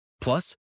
Plus